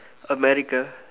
America